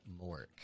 Mork